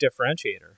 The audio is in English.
differentiator